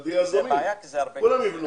כולם יבנו.